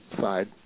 side